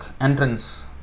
entrance